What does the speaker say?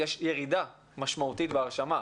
יש ירידה מאוד משמעותית בהרשמה.